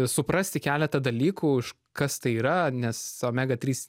suprasti keletą dalykų iš kas tai yra nes omega trys